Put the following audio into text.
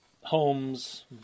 homes